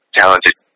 talented